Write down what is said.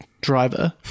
driver